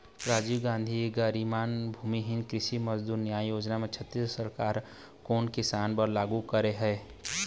राजीव गांधी गरामीन भूमिहीन कृषि मजदूर न्याय योजना ल छत्तीसगढ़ सरकार ह कोन किसान बर लागू करे हे?